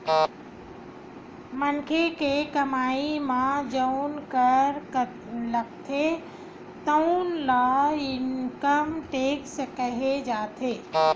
मनखे के कमई म जउन कर लागथे तउन ल इनकम टेक्स केहे जाथे